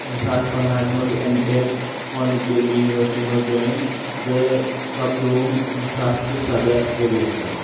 زٕ ساس پندہس منز اٮ۪م ٹٮ۪ک پونڈِچری منز جویِن تہٕ سبدووُم زِ ساس تہٕ سَدہ ؤرۍیَس منز